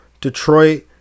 Detroit